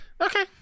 Okay